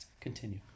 Continue